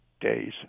days